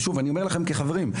אני אומר לכם את זה כחברים,